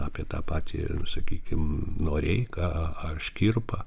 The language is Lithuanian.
apie tą patį sakykim noreiką ar škirpą